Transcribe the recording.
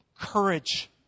Courage